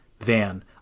Van